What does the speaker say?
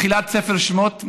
בתחילת ספר שמות,